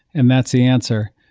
and that's the answer,